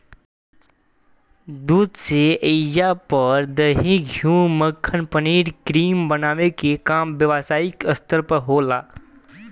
दूध से ऐइजा पर दही, घीव, मक्खन, पनीर, क्रीम बनावे के काम व्यवसायिक स्तर पर होला